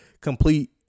complete